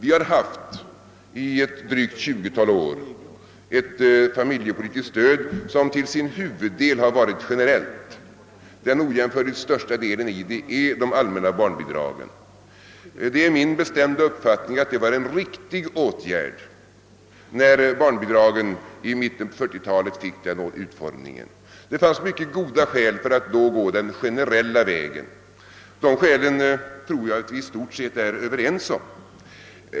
I drygt ett tjugotal år har vi haft ett familjepolitiskt stöd som till sin huvuddel varit generellt. Den ojämförligt största delen av det är de allmänna barnbidragen. Det är min bestämda uppfattning att det var en riktig åtgärd när barnbidragen i mitten på 1940-talet fick den utformningen. Det fanns mycket goda skäl för att då följa den generella linjen, och de skälen tror jag att vi i stort sett är överens om.